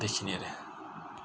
बेखिनि आरो